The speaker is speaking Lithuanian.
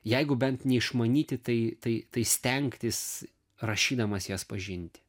jeigu bent neišmanyti tai tai stengtis rašydamas jas pažinti